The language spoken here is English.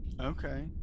Okay